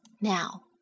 Now